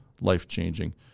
life-changing